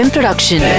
Production